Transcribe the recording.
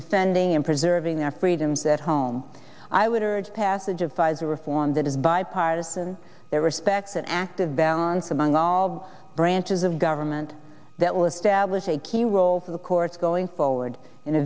defending and preserving their freedoms at home i would urge passage of pfizer reform that is bipartisan there respects an act of balance among all branches of government that will establish a key role for the courts going forward